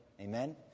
Amen